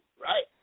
right